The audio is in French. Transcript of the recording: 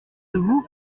debout